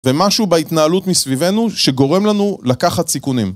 ומשהו בהתנהלות מסביבנו שגורם לנו לקחת סיכונים.